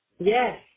Yes